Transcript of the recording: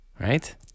Right